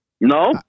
No